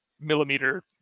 millimeter